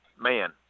man